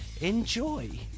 Enjoy